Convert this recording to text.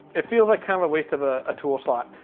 it feels like kind of a waste of ah a tool slot.